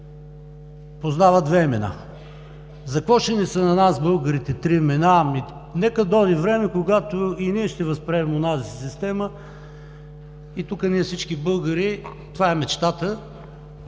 познава две имена. За какво ще са ни на нас, българите, три имена? Нека да дойде време, когато и ние ще възприемем онази система. И тук ние всички българи – това е мечтата,